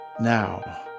now